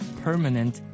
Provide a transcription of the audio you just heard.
permanent